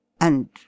and